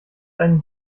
einen